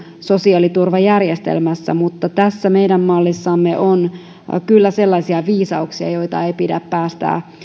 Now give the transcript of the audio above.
sosiaaliturvajärjestelmässä tässä meidän mallissamme on kyllä sellaisia viisauksia joita ei pidä päästää